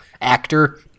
actor